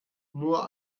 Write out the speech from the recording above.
nur